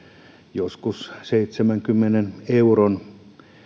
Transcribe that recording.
joskus seitsemänkymmenen euron